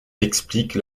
explique